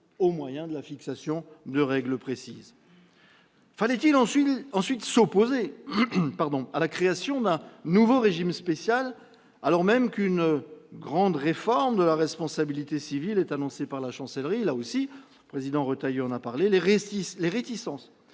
par la fixation de règles précises. Fallait-il ensuite s'opposer à la création d'un nouveau régime spécial, alors même qu'une grande réforme de la responsabilité civile est annoncée par la Chancellerie ? Le président Retailleau l'a dit, les réticences